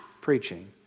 preaching